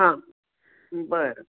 हां बरं